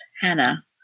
Hannah